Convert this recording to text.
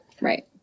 right